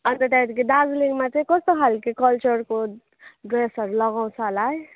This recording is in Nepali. अन्त त्यहाँदेखि दार्जिलिङमा चाहिँ कस्तो खालको कल्चरको ड्रेसहरू लगाउँछ होला है